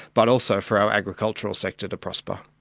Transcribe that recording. but also for our agriculture sector to prosper.